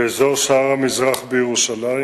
התשס"ט (1 ביולי 2009): באזור שער-המזרח בירושלים